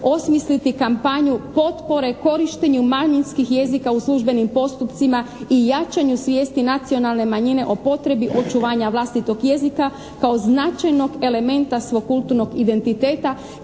osmisliti kampanju potpore korištenju manjinskih jezika u službenim postupcima i jačanju svijesti nacionalne manjine o potrebi očuvanja vlastitog jezika kao značajnog elementa svog kulturnog identiteta